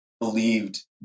believed